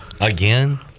again